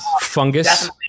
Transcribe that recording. fungus